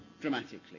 dramatically